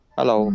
Hello